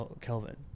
Kelvin